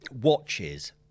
Watches